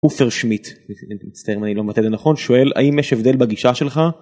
אופרשמיט, אני מצטער אם אני לא מבטא את זה נכון, שואל האם יש הבדל בגישה שלך.